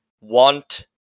want